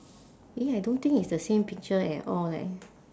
eh I don't think it's the same picture at all leh